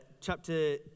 chapter